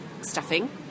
stuffing